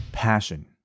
passion